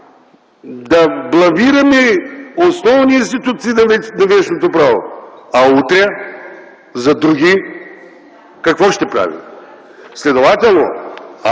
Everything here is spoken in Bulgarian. да бламираме основни институции на вещното право. А утре за други какво ще правим? Следователно,